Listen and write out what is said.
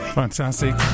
fantastic